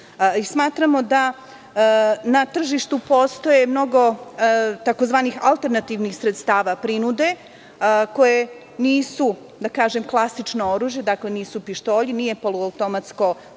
Smatramo da na tržištu postoji mnogo tzv. alternativnih sredstava prinude, koji nisu klasično oružje, dakle, nisu pištolji, nije poloautomatsko oružje,